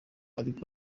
ariko